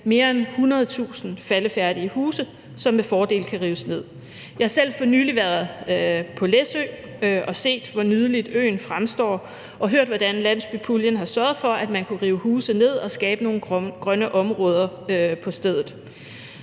mere end 100.000 faldefærdige huse, som med fordel kan rives ned. Jeg har selv for nylig været på Læsø og set, hvor nydeligt øen fremstår, og hørt, hvordan man med midler fra landsbypuljen har sørget for, at man kunne rive huse ned og skabe nogle grønne områder på stedet.